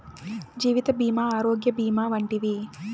జీవిత భీమా ఆరోగ్య భీమా వంటివి